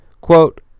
Quote